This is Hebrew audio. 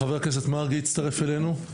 חה"כ מרגי הצטרף אלינו,